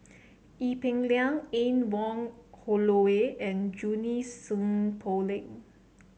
Ee Peng Liang Anne Wong Holloway and Junie Sng Poh Leng